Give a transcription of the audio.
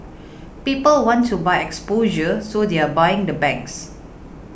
people want to buy exposure so they're buying the banks